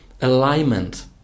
alignment